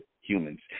humans